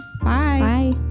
Bye